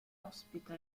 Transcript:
ospita